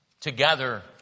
together